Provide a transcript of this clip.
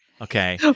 okay